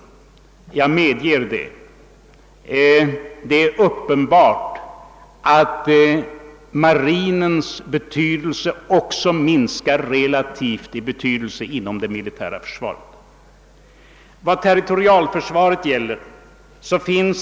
Jag medger detta. Det är uppenbart att också marinens betydelse minskar relativt inom det militära försvaret.